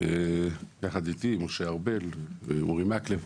יחד איתי, משה ארבל ואורי מקלב.